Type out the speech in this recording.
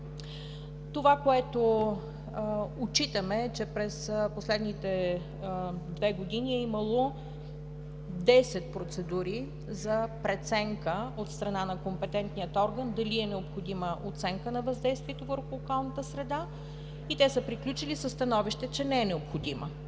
РИОСВ. Отчитаме, че през последните две години е имало десет процедури за преценка от страна на компетентния орган дали е необходима оценка на въздействието върху околната среда и те са приключили със становище, че не е необходима.